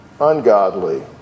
ungodly